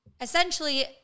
Essentially